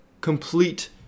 complete